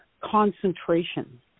concentration